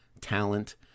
talent